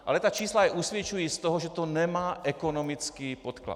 Ale ta čísla je usvědčují z toho, že to nemá ekonomický podklad.